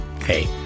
Hey